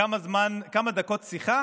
כמה דקות שיחה